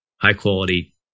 high-quality